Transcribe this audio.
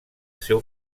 seu